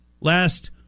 last